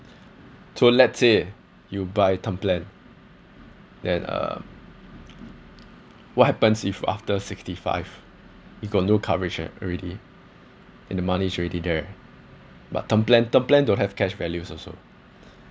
to let say you buy term plan then uh what happens if after sixty five you got no coverage alre~ already and the money is already there but term plan term plan don't have cash values also